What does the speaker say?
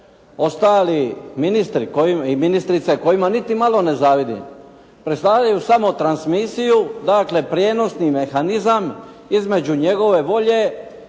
ostali ministri i ministrice, kojima niti malo ne zavidim, predstavljaju samo transmisiju, dakle, prijenosni mehanizam, između njegove volje